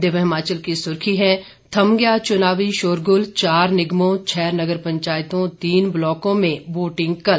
दिव्य हिमाचल की सुर्खी है थम गया चुनावी शोरगुल चार निगमों छह नगर पंचायतों तीन ब्लॉकों में वोटिंग कल